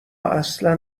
اصلا